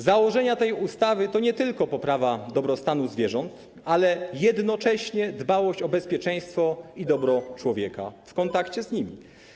Założenia tej ustawy to nie tylko poprawa dobrostanu zwierząt, ale jednocześnie dbałość o bezpieczeństwo i dobro człowieka w kontakcie z nimi.